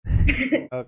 Okay